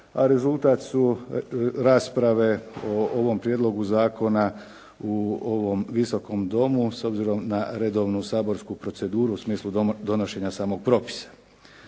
a rezultat su rasprave o ovom prijedlogu zakona u ovom Visokom domu, s obzirom na redovnu saborsku proceduru, u smislu donošenja samog propisa.